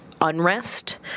unrest